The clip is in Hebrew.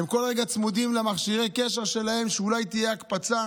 הם כל רגע צמודים למכשירי הקשר שלהם כי אולי תהיה הקפצה,